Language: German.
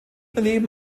daneben